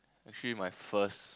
actually my first